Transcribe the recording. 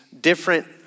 different